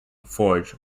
forge